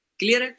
clear